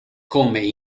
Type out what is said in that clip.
come